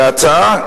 וההצעה,